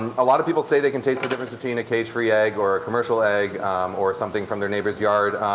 and a lot of people say they can taste the difference between a cage-free egg or a commercial egg or something from their neighbor's yard.